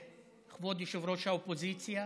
כבוד יושב-ראש האופוזיציה